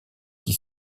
qui